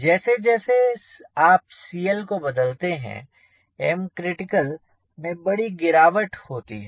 जैसे जैसे आप CLको बदलते हैं M critical में बड़ी गिरावट होती है